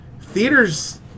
theaters